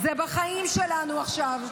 זה בחיים שלנו עכשיו.